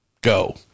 go